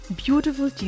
beautiful